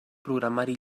programari